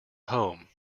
home